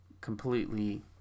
completely